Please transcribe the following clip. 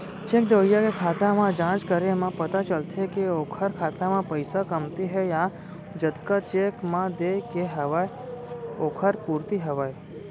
cheque देवइया के खाता म जाँच करे म पता चलथे के ओखर खाता म पइसा कमती हे या जतका चेक म देय के हवय ओखर पूरति हवय